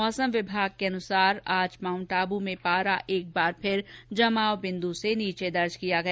मौसम विभाग के अनुसार आज माउंट आबू में पारा एक बार फिर जमाव बिन्दू से नीचे चला गया है